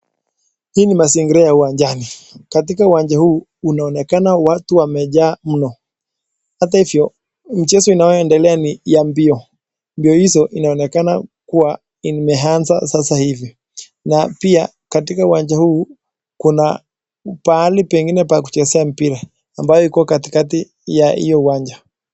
Hii ni mazingira ya uwanjani. Katika uwanja huu unaonekana watu wamejaa mno. Hata hivyo, mchezo inayoendelea ni ya mbio. Mbio hizo inaonekana kuwa imeanza sasa hivi, na pia katika uwanja huu kuna pahali pengine pa kuchezea mpira ambayo iko katikati ya hiyo uwanja.